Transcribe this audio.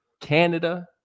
Canada